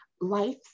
life